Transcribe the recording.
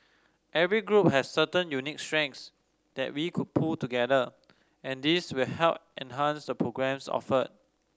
every group has certain unique strengths that we could pool together and this will help enhance the programmes offered